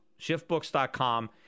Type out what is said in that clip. shiftbooks.com